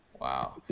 Wow